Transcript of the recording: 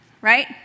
right